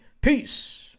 peace